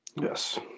yes